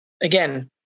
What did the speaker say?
again